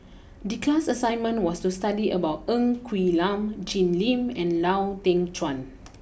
the class assignment was to study about Ng Quee Lam Jim Lim and Lau Teng Chuan